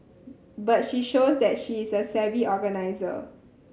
but she shows that she is a savvy organiser